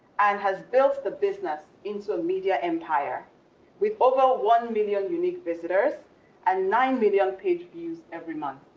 and has built the business into a media empire with over one million unique visitors and nine million page views every month.